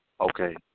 Okay